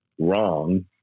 wrong